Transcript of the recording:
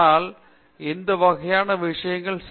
பேராசிரியர் பிரதாப் ஹரிதாஸ் சரி